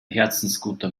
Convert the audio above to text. herzensguter